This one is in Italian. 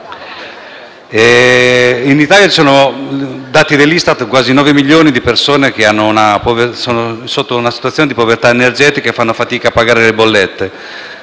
In Italia, secondo i dati dell'Istat, ci sono quasi 9 milioni di persone che vivono in una situazione di povertà energetica e fanno fatica a pagare le bollette.